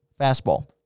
fastball